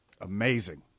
Amazing